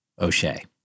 O'Shea